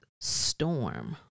storm